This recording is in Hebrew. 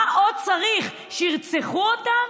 מה עוד צריך, שירצחו אותן?